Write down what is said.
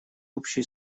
общей